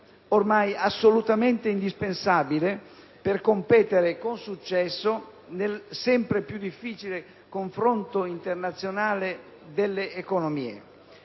ormai assolutamente indispensabile per competere con successo nel sempre più difficile confronto internazionale delle economie.